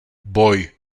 boj